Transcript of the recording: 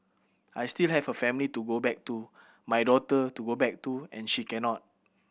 I still have a family to go back to my daughter to go back to and she cannot